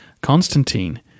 Constantine